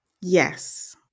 yes